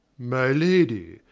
my lady,